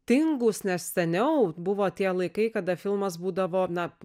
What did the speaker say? tingūs nes seniau buvo tie laikai kada filmas būdavo na